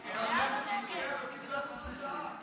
המערכת נתקעה.